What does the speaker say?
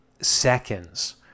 seconds